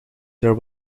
there